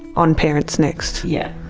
on parentsnext. yeah.